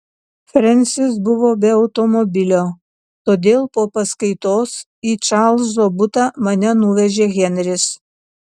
frensis buvo be automobilio todėl po paskaitos į čarlzo butą mane nuvežė henris